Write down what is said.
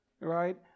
Right